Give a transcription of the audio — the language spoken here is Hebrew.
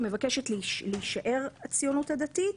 היא מבקשת להישאר הציונות הדתית,